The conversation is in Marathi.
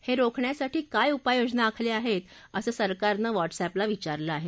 हे रोखण्यासाठी काय उपाययोजना आखल्या आहेत असं सरकारनं व्हा अअप्रभा विचारलं आहे